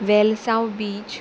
Velsao beach